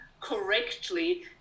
correctly